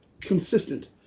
consistent